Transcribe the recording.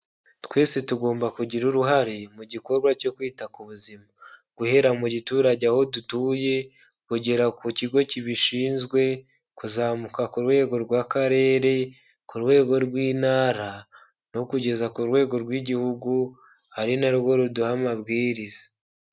Twese tugomba kugira uruhare mu gikorwa cyo kwita ku buzima, guhera mu giturage aho dutuye kugera ku kigo kibishinzwe kuzamuka ku rwego rw'akarere ku rwego rw'intara no kugeza ku rwego rw'igihugu ari na rwo ruduha amabwiriza.